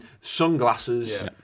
Sunglasses